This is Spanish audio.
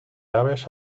aves